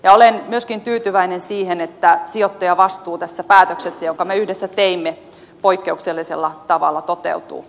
olen myöskin tyytyväinen siihen että sijoittajavastuu tässä päätöksessä jonka me yhdessä teimme poikkeuksellisella tavalla toteutuu